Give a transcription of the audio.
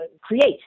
create